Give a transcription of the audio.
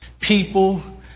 people